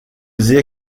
dire